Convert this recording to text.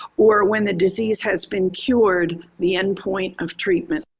or when the disease has been cured, the endpoint of treatment.